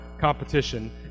competition